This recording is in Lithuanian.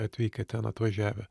atvykę ten atvažiavę